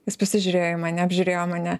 jis pasižiūrėjo į mane apžiūrėjo mane